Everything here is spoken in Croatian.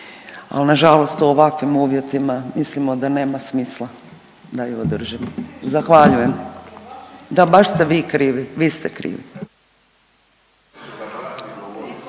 ali nažalost u ovakvim uvjetima mislimo da nema smisla da ju održimo. Zahvaljujem. …/Upadica se ne